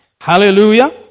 Hallelujah